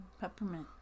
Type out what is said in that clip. Peppermint